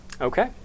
Okay